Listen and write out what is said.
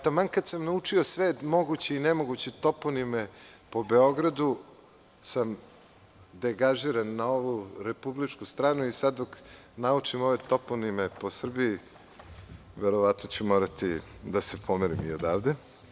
Taman kada sam naučio sve moguće i nemoguće toponime po Beogradu, deganžiran sam na ovu republičku stranu i sada dok naučim ove toponime po Srbiju, verovatno ću morati da se pomerim i odavde.